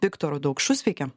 viktoru daukšu sveiki